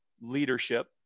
leadership